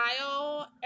style